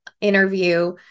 interview